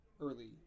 early